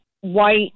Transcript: white